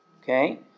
Okay